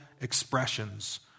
expressions